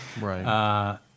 Right